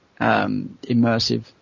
immersive